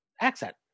accent